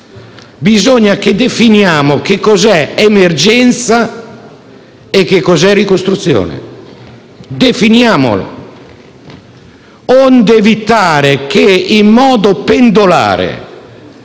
bisogna che definiamo che cos'è «emergenza» e che cos'è «ricostruzione». Definiamolo, onde evitare che, in modo pendolare,